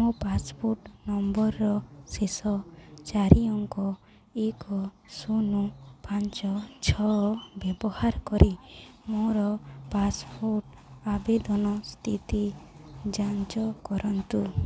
ମୋ ପାସପୋର୍ଟ ନମ୍ବର୍ର ଶେଷ ଚାରି ଅଙ୍କ ଏକ ଶୂନ ପାଞ୍ଚ ଛଅ ବ୍ୟବହାର କରି ମୋର ପାସପୋର୍ଟ ଆବେଦନ ସ୍ଥିତି ଯାଞ୍ଚ କରନ୍ତୁ